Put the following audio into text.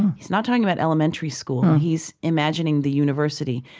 he's not talking about elementary school. he's imagining the university.